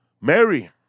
Mary